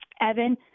Evan